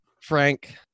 Frank